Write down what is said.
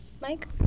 Mike